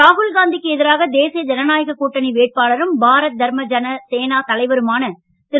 ராகுல் காந்திக்கு எதிராக தேசிய ஜனநாயக கூட்டணி வேட்பாளரும் பாரத் தர்ம ஜன சேனா தலைவருமான திரு